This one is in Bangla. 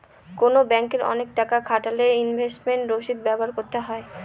কোনো ব্যাঙ্কে অনেক টাকা খাটালে ইনভেস্টমেন্ট রসিদ ব্যবহার করতে হয়